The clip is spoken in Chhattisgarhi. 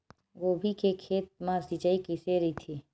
गोभी के खेत मा सिंचाई कइसे रहिथे?